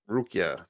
Rukia